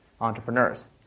entrepreneurs